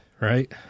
right